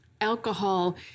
alcohol